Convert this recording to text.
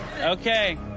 Okay